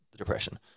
depression